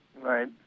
Right